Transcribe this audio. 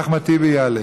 אחמד טיבי יעלה.